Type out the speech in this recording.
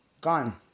Gone